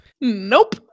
Nope